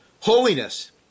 holiness